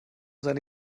seine